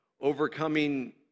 overcoming